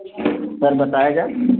sir बताया जाय